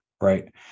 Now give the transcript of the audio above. right